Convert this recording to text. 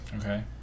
okay